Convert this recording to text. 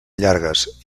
llargues